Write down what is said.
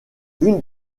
une